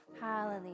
Hallelujah